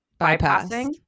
bypassing